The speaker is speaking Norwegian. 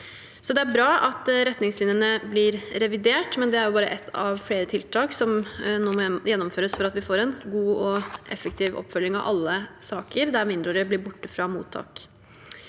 Det er bra at retningslinjene blir revidert, men det er bare ett av flere tiltak som nå må gjennomføres for at vi får en god og effektiv oppfølging av alle saker der mindreårige blir borte fra mottak.